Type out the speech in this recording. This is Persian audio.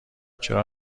چرا